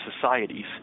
societies